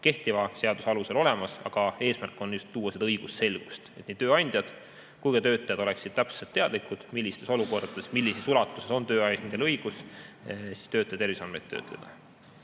kehtiva seaduse alusel olemas, aga eesmärk on tuua juurde õigusselgust, et nii tööandjad kui ka töötajad oleksid täpselt teadlikud, millistes olukordades ja millises ulatuses on tööandjal õigus töötaja terviseandmeid töödelda.